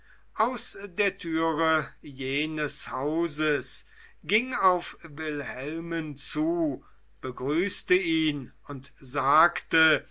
aus der türe jenes hauses ging auf wilhelmen zu begrüßte ihn und sagte